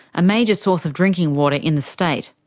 a major source of drinking water in the state.